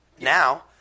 now